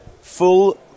full